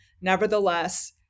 nevertheless